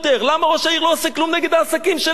למה ראש העיר לא עושה כלום נגד העסקים שלהם?